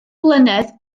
blynedd